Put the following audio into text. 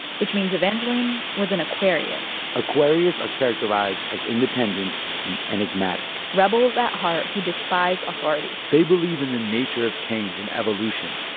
which means evangeline was an aquarius aquarius are characterized as independent and enigmatic rebels at heart who despise authority they believe in the nature of change and evolution,